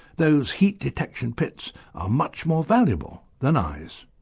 those heat detection pits are much more valuable than eyes.